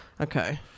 Okay